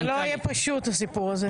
כן, זה לא יהיה פשוט הסיפור הזה.